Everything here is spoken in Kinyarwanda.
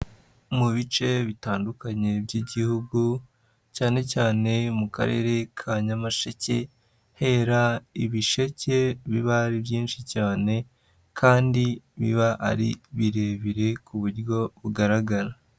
Mu bice bitandukanye by'igihugu, cyane cyane mu karere ka Nyamasheke, hera ibisheke biba ari byinshi cyane kandi biba ari birebire ku buryo bugaragara.